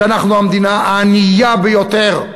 שאנחנו המדינה הענייה ביותר.